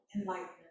enlightenment